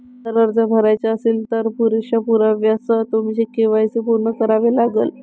जर अर्ज भरायचा असेल, तर पुरेशा पुराव्यासह तुमचे के.वाय.सी पूर्ण करावे लागेल